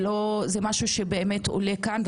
זה משהו שעולה כאן,